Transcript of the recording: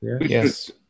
Yes